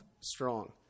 strong